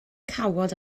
cawod